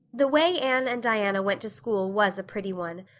the way anne and diana went to school was a pretty one.